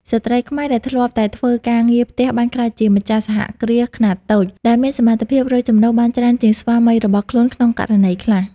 ស្ត្រីខ្មែរដែលធ្លាប់តែធ្វើការងារផ្ទះ បានក្លាយជា "ម្ចាស់សហគ្រាសខ្នាតតូច" ដែលមានសមត្ថភាពរកចំណូលបានច្រើនជាងស្វាមីរបស់ខ្លួនក្នុងករណីខ្លះ។